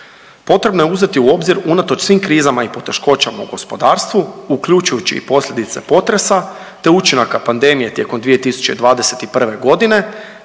Potrebno je uzeti u obzir unatoč svim krizama i poteškoćama u gospodarstvu uključujući i posljedice potresa te učinaka pandemije tijekom 2021.g.